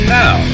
now